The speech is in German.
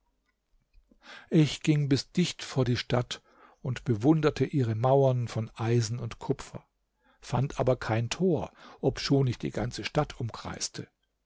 ich ging bis dicht vor die stadt und bewunderte ihre mauern von eisen und kupfer fand aber kein tor obschon ich die ganze stadt umkreiste